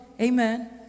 Amen